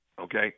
Okay